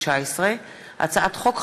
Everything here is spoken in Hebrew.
פ/2860/19 וכלה בהצעת חוק פ/2880/19,